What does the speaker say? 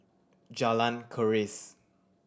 Jalan Keris